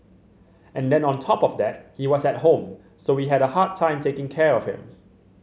and then on top of that he was at home so we had a hard time taking care of him